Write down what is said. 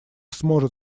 сможет